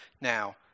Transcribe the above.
Now